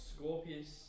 Scorpius